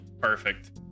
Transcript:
perfect